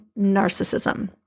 Narcissism